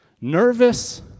nervous